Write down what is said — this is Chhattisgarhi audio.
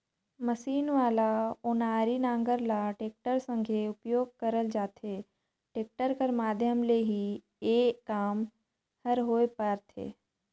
मसीन वाला ओनारी नांगर ल टेक्टर संघे उपियोग करल जाथे, टेक्टर कर माध्यम ले ही ए काम हर होए पारथे